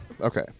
Okay